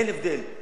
אין הבדל.